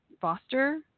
Foster